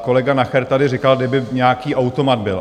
Kolega Nacher tady říkal, kdyby nějaký automat byl.